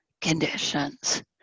conditions